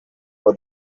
for